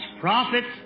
prophets